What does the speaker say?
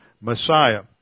Messiah